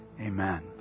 Amen